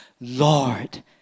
Lord